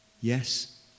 Yes